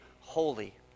holy